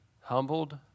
humbled